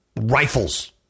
Rifles